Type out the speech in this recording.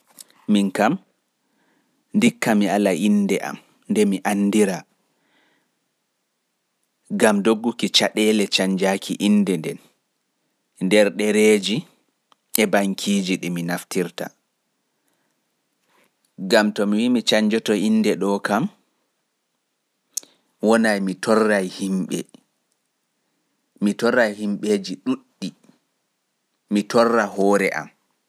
Ndikka mi ala innde am gam kaire mi andira, gam dogguki caɗeele canjaaki inde nden nder ɗereeji e bankiiji ɗi mi naftirta. Gam to mi torra himɓeeji anduɗi-am.